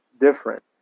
different